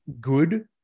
good